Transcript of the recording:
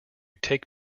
take